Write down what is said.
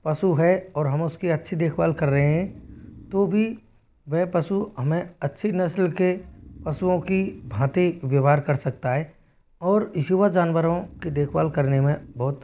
पशु है और हम उस की अच्छी देखभाल कर रहे हैं तो भी वह पशु हमें अच्छी नस्ल के पशुओं की भांति व्यवहार कर सकता है और इसके बाद जानवरों की देखभाल करने में बहुत